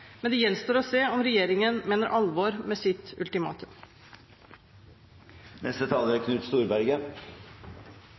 Men det gjenstår å se om regjeringen mener alvor med sitt